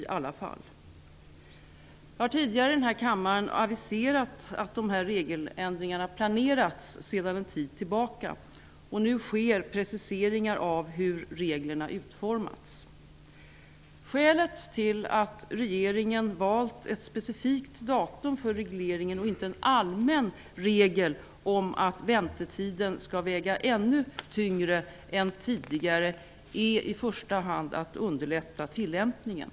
Jag har tidigare i denna kammare aviserat att dessa regeländringar har planerats sedan en tid tillbaka. Nu sker preciseringar av hur reglerna har utformats. Skälet till att regeringen har valt ett specifikt datum för regleringen och inte en allmän regel om att väntetiden skall väga ännu tyngre än tidigare är i första hand att vi vill underlätta tillämpningen.